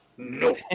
No